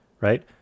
right